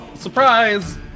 Surprise